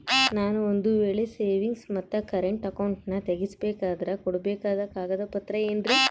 ನಾನು ಒಂದು ವೇಳೆ ಸೇವಿಂಗ್ಸ್ ಮತ್ತ ಕರೆಂಟ್ ಅಕೌಂಟನ್ನ ತೆಗಿಸಬೇಕಂದರ ಕೊಡಬೇಕಾದ ಕಾಗದ ಪತ್ರ ಏನ್ರಿ?